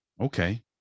Okay